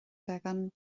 beagán